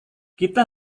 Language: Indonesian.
kita